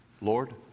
Lord